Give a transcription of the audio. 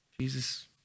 Jesus